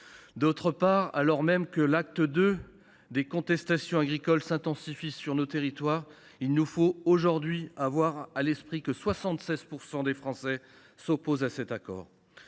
D’autre part, alors même que le deuxième acte des contestations agricoles s’intensifie sur nos territoires, il nous faut aujourd’hui avoir à l’esprit que 76 % des Français s’opposent à cet accord.